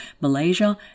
Malaysia